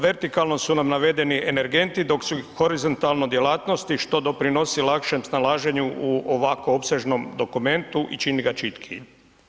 Vertikalno su nam navedeni energenti dok su horizontalno djelatnosti što doprinosi lakšem snalaženju u ovako opsežnom dokumentu i čini ga čitkijim.